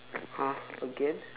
!huh! again